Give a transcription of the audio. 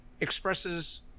expresses